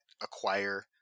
acquire